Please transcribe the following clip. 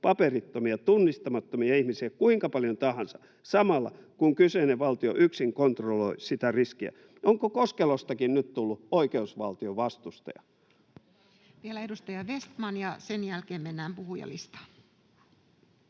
paperittomia, tunnistamattomia ihmisiä, kuinka paljon tahansa, samalla kun kyseinen valtio yksin kontrolloi sitä riskiä. Onko Koskelostakin nyt tullut oikeusvaltion vastustaja? [Speech 113] Speaker: Toinen varapuhemies